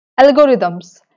algorithms